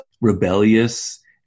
rebellious